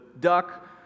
duck